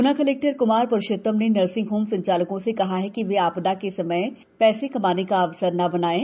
ग्ना collector Kumar Purushottam ने nursing home संचालकों से कहा है कि वे आपदा के समय को पैसे कमाने का अवसर न बनाएं